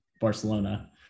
Barcelona